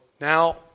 now